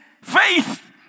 faith